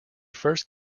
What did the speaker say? first